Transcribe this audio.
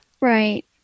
right